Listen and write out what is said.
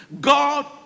God